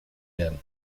werden